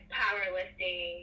powerlifting